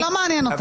זה לא מעניין אותה.